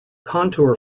contour